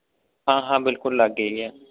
हां हां बिल्कुल लाग्गै गै ऐ